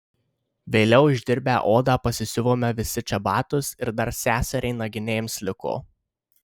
vėliau išdirbę odą pasisiuvome visi čebatus ir dar seseriai naginėms liko